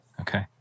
Okay